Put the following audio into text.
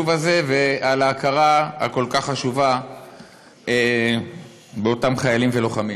הזה ועל ההכרה הכל-כך חשובה באותם חיילים ולוחמים.